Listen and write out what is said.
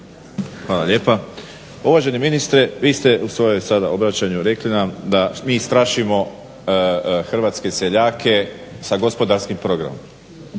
Hvala lijepa. Uvaženi ministre vi ste u sada svom obraćanju rekli nam da mi strašimo hrvatske seljake sa gospodarskim programom.